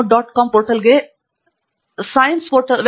com ಪೋರ್ಟಲ್ಗೆ science ಪೋರ್ಟಲ್ನ web